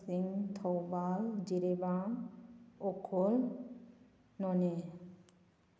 ꯀꯛꯆꯤꯡ ꯊꯧꯕꯥꯜ ꯖꯤꯔꯤꯕꯥꯝ ꯎꯈ꯭ꯔꯨꯜ ꯅꯣꯅꯦ